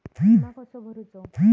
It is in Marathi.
विमा कसो भरूचो?